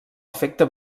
efecte